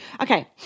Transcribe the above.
Okay